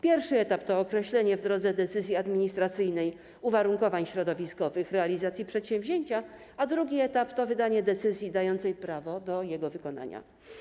Pierwszy etap to określenie w drodze decyzji administracyjnej uwarunkowań środowiskowych realizacji przedsięwzięcia, a drugi etap to wydanie decyzji dającej prawo do jego wykonania.